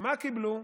מה קיבלו?